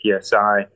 PSI